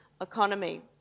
economy